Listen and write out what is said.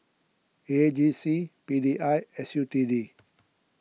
A G C P D I S U T D